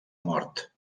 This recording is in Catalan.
mort